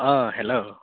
অঁ হেল্ল'